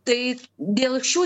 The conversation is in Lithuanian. tai dėl šių